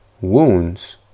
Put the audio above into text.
Wounds